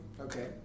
Okay